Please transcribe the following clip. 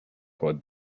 por